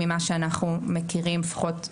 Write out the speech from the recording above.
לפחות ממה שאנחנו מכירים,